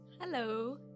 Hello